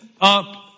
up